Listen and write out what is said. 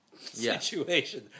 situation